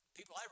People